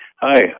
Hi